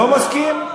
לא מסכים.